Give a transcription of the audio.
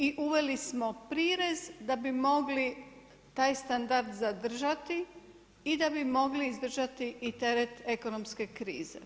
I uveli smo prirez, da bi mogli taj standard izdržati i da bi mogli izdržati i teret ekonomske krize.